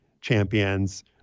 champions